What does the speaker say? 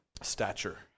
stature